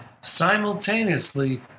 simultaneously